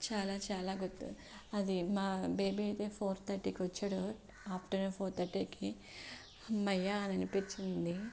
చాలా చాలా గొప్పది అది మా బేబీ అయితే ఫోర్ థర్టీకి వచ్చాడు ఆఫ్టర్ నూన్ ఫోర్ థర్టీకి హమ్మయ్య అని అనిపించింది